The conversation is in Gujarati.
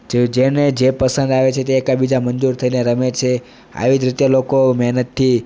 જે જેને જે પસંદ આવે છે તે એકબીજા મંજૂર થઈને રમે છે આવી જ રીતે લોકો મહેનતથી